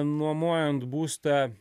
nuomojant būstą